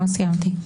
לא סיימתי.